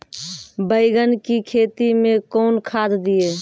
बैंगन की खेती मैं कौन खाद दिए?